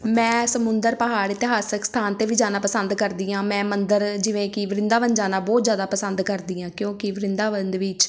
ਮੈਂ ਸਮੁੰਦਰ ਪਹਾੜ ਇਤਿਹਾਸਿਕ ਸਥਾਨ 'ਤੇ ਵੀ ਜਾਣਾ ਪਸੰਦ ਕਰਦੀ ਹਾਂ ਮੈਂ ਮੰਦਿਰ ਜਿਵੇਂ ਕਿ ਵਰਿੰਦਾਵਨ ਜਾ ਕੇ ਬਹੁਤ ਜ਼ਿਆਦਾ ਪਸੰਦ ਕਰਦੀ ਹਾਂ ਕਿਉਂਕਿ ਵਰਿੰਦਾਵਨ ਵਿੱਚ